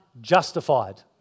justified